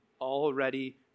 Already